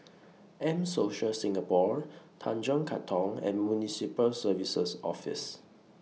M Social Singapore Tanjong Katong and Municipal Services Office